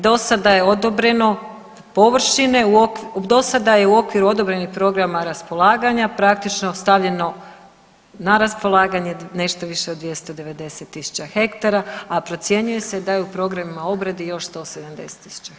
Do sada je odobreno površine do sada je u okviru odobrenih programa raspolaganja praktično stavljeno na raspolaganje nešto više od 290.000 hektara, a procjenjuje se da je u programima i obradi još 170.